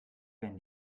wenn